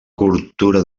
cultura